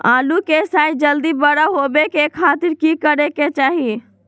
आलू के साइज जल्दी बड़ा होबे के खातिर की करे के चाही?